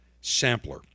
sampler